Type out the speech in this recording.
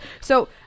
So-